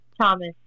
Thomas